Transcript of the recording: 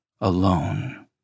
Alone